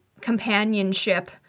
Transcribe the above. companionship